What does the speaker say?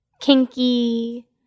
kinky